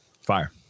Fire